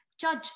judge